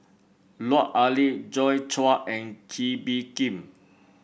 Lut Ali Joi Chua and Kee Bee Khim